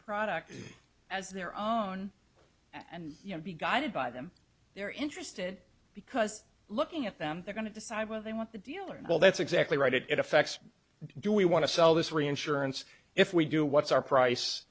product as their own and you know be guided by them they're interested because looking at them they're going to decide whether they want the dealer well that's exactly right it affects do we want to sell this reinsurance if we do what's our price